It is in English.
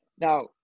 now